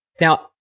Now